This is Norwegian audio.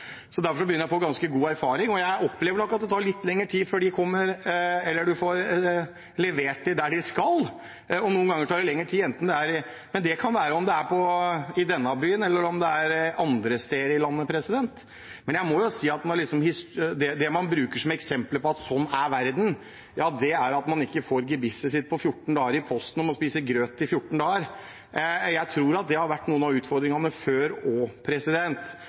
Derfor begynner jeg å få ganske god erfaring. Jeg opplever nok at det tar litt lengre tid før de kommer eller jeg får levert dem der de skal leveres. Noen ganger tar det lengre tid enten det er i denne byen eller andre steder i landet. Men jeg må si at når man som eksempel på at slik er verden, bruker det at man ikke får gebisset sitt på 14 dager i Posten og må spise grøt i 14 dager, eller det at man må reise i mange timer for å hente posten i postkassen sin, tror jeg det har vært noe av utfordringen før